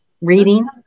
reading